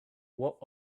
walked